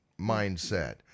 mindset